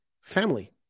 family